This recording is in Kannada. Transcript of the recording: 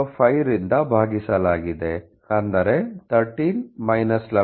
905 ರಿಂದ ಭಾಗಿಸಲಾಗಿದೆ 13 11